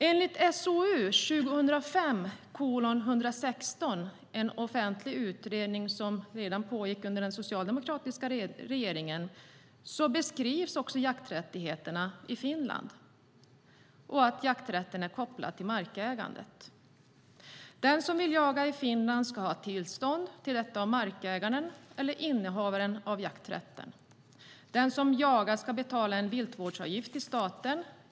Enligt SOU 2005:116, en offentlig utredning som pågick redan under den socialdemokratiska regeringen, beskrivs också jakträttigheterna i Finland och att jakträtten är kopplad till markägandet. Den som vill jaga i Finland ska ha tillstånd till detta av markägaren eller innehavaren av jakträtten. Den som jagar ska betala en viltvårdsavgift till staten.